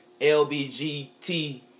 LBGT